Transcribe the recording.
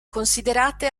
considerate